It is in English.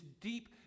deep